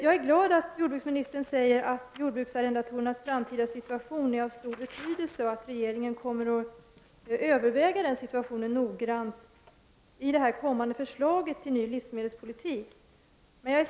Jag är glad att jordbruksministern säger att jordbruksarrendatorernas framtida situation är av stor betydelse och att regeringen kommer att överväga situationen noggrant i det kommande förslaget till ny livsmedelspolitik.